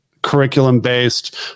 curriculum-based